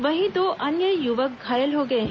वहीं दो अन्य युवक घायल हो गए हैं